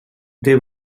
they